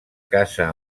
casa